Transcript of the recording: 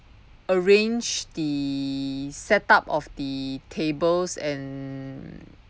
arrange the set up of the tables and